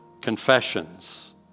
confessions